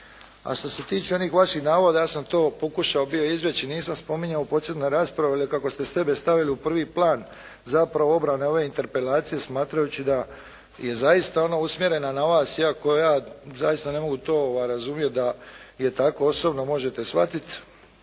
A što se tiče onih vaših navoda ja sam to pokušao bio izbjeći, nisam spominjao u početnoj raspravi ali kako ste sebe stavili u prvi plan zapravo obrane ove interpelacije smatrajući da je zaista ona usmjerena na vas iako ja zaista ne mogu to razumjeti da je tako osobno možete shvatiti.